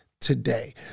today